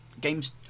games